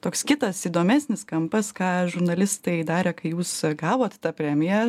toks kitas įdomesnis kampas ką žurnalistai darė kai jūs gavot tą premiją